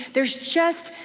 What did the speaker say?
there's just,